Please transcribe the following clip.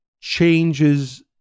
changes